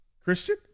Christian